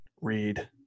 read